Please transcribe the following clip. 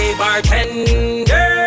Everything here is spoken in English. bartender